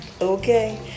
Okay